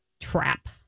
trap